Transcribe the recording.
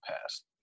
past